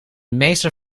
meester